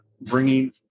Bringing